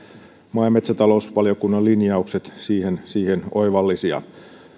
maa ja metsätalousvaliokunnan linjaukset siihen siihen oivallisia